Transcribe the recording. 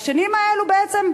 לשנים האלה בעצם,